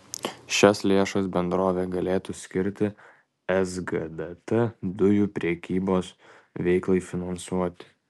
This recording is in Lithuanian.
šias lėšas bendrovė galėtų skirti sgdt dujų prekybos veiklai finansuoti